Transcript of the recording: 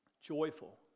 joyful